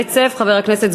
חבר הכנסת יצחק כהן,